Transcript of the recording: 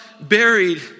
buried